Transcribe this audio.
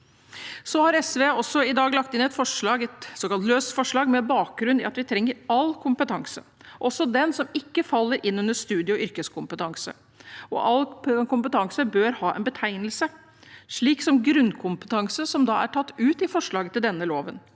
SV har i dag også lagt inn et forslag, et såkalt løst forslag, med bakgrunn i at vi trenger all kompetanse, også den som ikke faller inn under studie- og yrkeskompetanse. All kompetanse bør ha en betegnelse, slik som grunnkompetanse, som er tatt ut i forslaget til denne loven.